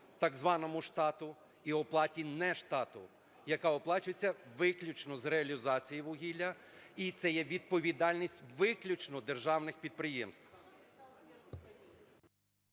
так званому штату і оплаті нештату, яка оплачується виключно з реалізації вугілля, і це є відповідальність виключно державних підприємств.